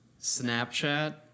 snapchat